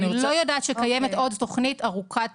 אני לא יודעת שקיימת עוד תוכנית ארוכת